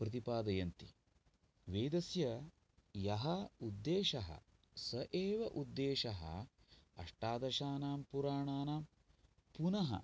प्रतिपादयन्ति वेदस्य यः उद्देशः स एव उद्देशः अष्टादशानां पुराणानां पुनः